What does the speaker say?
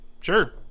sure